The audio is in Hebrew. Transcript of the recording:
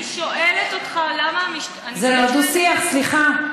אני שואלת אותך למה, זה לא דו-שיח, סליחה.